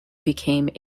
became